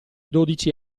dodici